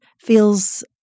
feels